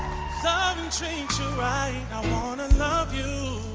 um treat you right i wanna love you